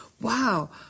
wow